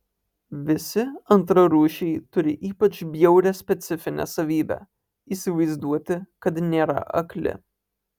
visi antrarūšiai turi ypač bjaurią specifinę savybę įsivaizduoti kad nėra akli